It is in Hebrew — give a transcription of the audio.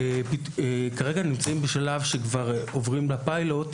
כרגע נמצאים במצב שבו עוברים לפיילוט,